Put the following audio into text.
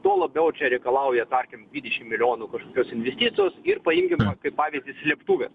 tuo labiau čia reikalauja tarkim dvidešim milijonų kažkokios investicijos ir paimkim kaip pavyzdį slėptuves